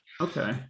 Okay